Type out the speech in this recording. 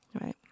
right